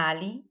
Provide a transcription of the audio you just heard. Ali